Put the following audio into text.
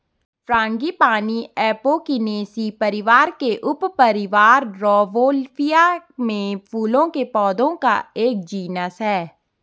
frangipani Apocynaceae परिवार के उपपरिवार रौवोल्फिया में फूलों के पौधों का एक जीनस है